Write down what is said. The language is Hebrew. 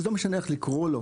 לא משנה איך לקרוא לו,